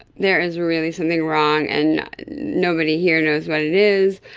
there is really something wrong and nobody here knows what it is.